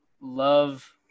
love